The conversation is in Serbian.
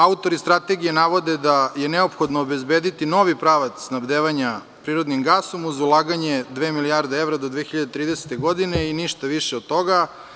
Autori Strategije navode da je neophodno obezbediti novi pravac snabdevanja prirodnim gasom, uz ulaganje dve milijarde evra do 2030. godine, i ništa više od toga.